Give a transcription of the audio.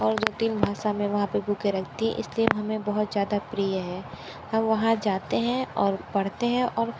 और जो तीन भाषा में वहाँ पर बुकें रखती है इसलिए हमें बहुत ज़्यादा प्रिय है हम वहाँ जाते हैं और पढ़ते हैं और